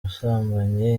busambanyi